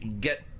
get